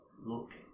look